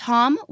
Tom